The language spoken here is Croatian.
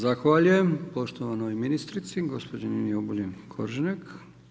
Zahvaljujem poštovanoj ministrici, gospođi Nini Obuljen Koržinek.